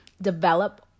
develop